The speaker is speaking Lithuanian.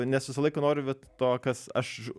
nes visą laiką noriu bet to kas aš